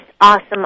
awesome